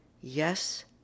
yes